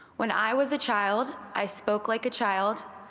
when i was a child i spoke like a child,